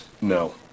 No